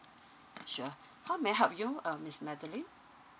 sure how may I help you uh miss madeline